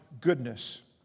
goodness